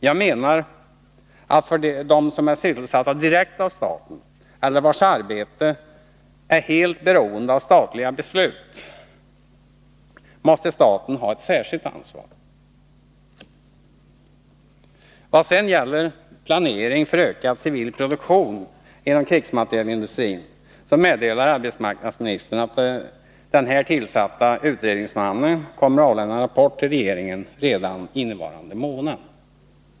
Jag menar att för dem som är sysselsatta direkt av staten eller vilkas arbeten är helt beroende av statliga beslut måste staten ha ett särskilt ansvar. Vad sedan gäller planering för ökad civil produktion inom krigsmaterielindustrin meddelar arbetsmarknadsministern att den tillsatta utredningsmannen kommer att avlämna rapport till regeringen redan innevarande månad.